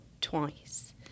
twice